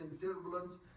turbulence